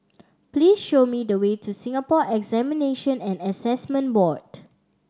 please show me the way to Singapore Examination and Assessment Board